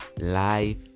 life